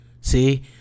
see